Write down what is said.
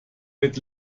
wird